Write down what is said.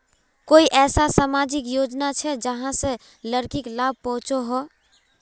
कोई ऐसा सामाजिक योजना छे जाहां से लड़किक लाभ पहुँचो हो?